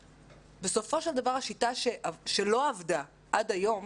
בסופו של דבר השיטה שלא עבדה עד היום,